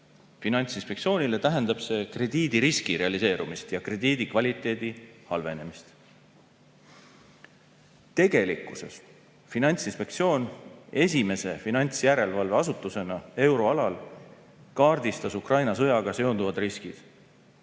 Finantsinspektsioonile tähendab see krediidiriski realiseerumist ja krediidikvaliteedi halvenemist. Tegelikkuses Finantsinspektsioon esimese finantsjärelevalveasutusena euroalal kaardistas Ukraina sõjaga seonduvad riskid: